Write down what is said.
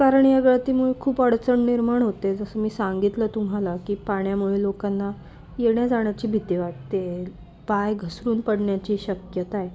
कारण या गळतीमुळे खूप अडचण निर्माण होते जसं मी सांगितलं तुम्हाला की पाण्यामुळे लोकांना येण्या जाण्याची भीती वाटते पाय घसरून पडण्याची शक्यता आहे